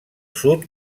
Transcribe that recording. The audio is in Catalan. sud